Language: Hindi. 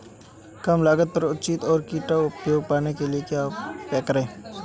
कम लागत पर उचित और टिकाऊ उपकरण पाने के लिए क्या करें?